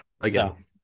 Again